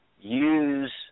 use